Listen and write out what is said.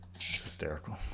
Hysterical